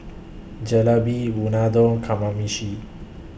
Jalebi Unadon Kamameshi